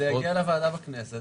זה יגיע לוועדה בכנסת